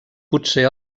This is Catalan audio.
potser